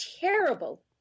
terrible